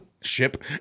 ship